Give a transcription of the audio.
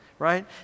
right